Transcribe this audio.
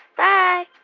bye